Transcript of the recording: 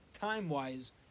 time-wise